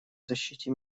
защите